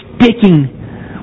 sticking